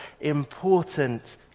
important